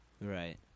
Right